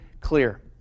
clear